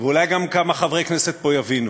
ואולי גם כמה חברי כנסת פה יבינו.